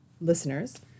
listeners